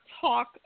talk